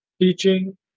teaching